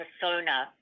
persona